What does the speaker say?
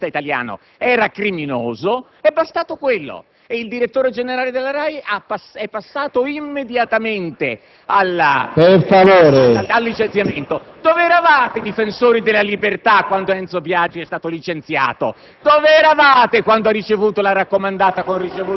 che il suo giornalismo - quello del più grande giornalista italiano - era criminoso; è bastato quello perché il direttore generale della RAI passasse immediatamente al licenziamento. Vorrei sapere dove eravate, difensori della libertà, quando Enzo Biagi è stato licenziato;